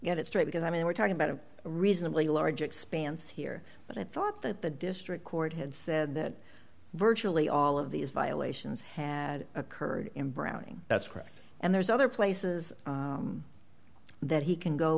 get it straight because i mean we're talking about a reasonably large expanse here but i thought that the district court had said that virtually all of these violations had occurred in browning that's correct and there's other places that he can go